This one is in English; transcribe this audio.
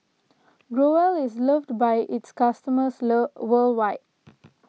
Growell is loved by its customers worldwide